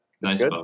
Nice